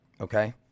Okay